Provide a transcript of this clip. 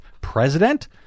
president